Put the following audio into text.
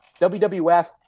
WWF